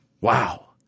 Wow